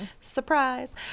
surprise